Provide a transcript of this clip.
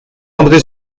andré